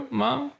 mom